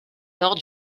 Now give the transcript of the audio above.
nord